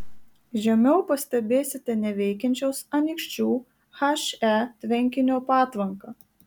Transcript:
žemiau pastebėsite neveikiančios anykščių he tvenkinio patvanką